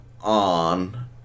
on